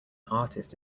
artist